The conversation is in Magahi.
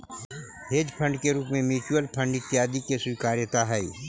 हेज फंड के रूप में म्यूच्यूअल फंड इत्यादि के स्वीकार्यता हई